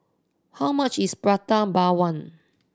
how much is Prata Bawang